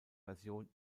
version